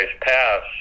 pass